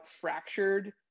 fractured